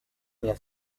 mia